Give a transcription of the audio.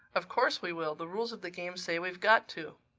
of course we will. the rules of the game say we've got to.